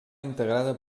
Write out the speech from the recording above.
integrada